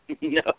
No